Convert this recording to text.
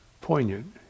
poignant